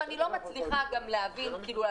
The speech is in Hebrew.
אם אנחנו לא מצליחים לעשות שום שינוי בתקנות האלה,